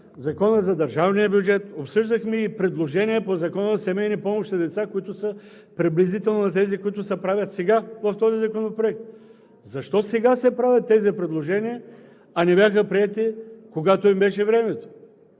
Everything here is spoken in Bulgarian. Закона за държавния бюджет, обсъждахме и предложения по Закона за семейни помощи и деца, които са приблизителни на тези, които се правят сега в този законопроект. Защо сега се правят тези предложения, а не бяха приети, когато им беше времето?